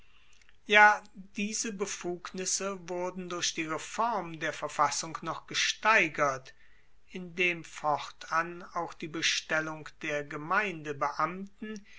ja diese befugnisse wurden durch die reform der verfassung noch gesteigert indem fortan auch die bestellung der